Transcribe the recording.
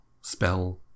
spell